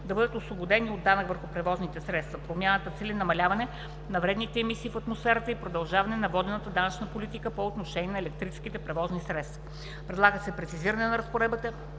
да бъдат освободени от данък върху превозните средства. Промяната цели намаляване на вредните емисии в атмосферата и продължаване на водената данъчна политика по отношение на електрическите превозни средства. Предлага се прецизиране на разпоредби